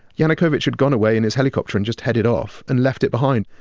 yanukovych had gone away in his helicopter and just headed off and left it behind.